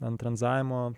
ant ranzavimo